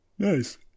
Nice